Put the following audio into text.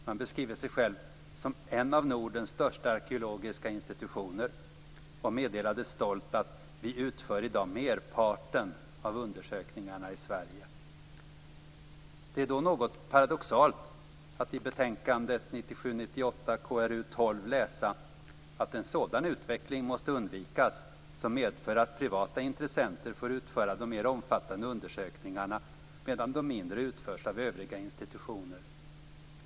Man beskriver sig själv som en av Nordens största arkeologiska institutioner, och meddelade stolt: Vi utför i dag merparten av undersökningarna i Sverige. Det är då något paradoxalt att i betänkandet 1997/98:KrU12 läsa: En sådan utveckling måste undvikas som medför att privata intressenter får utföra de mer omfattande undersökningarna medan de mindre utförs av övriga institutioner.